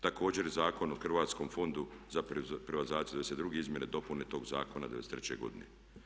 Također i Zakon o Hrvatskom fondu za privatizaciju '92. izmjene i dopune tog zakona '93. godine.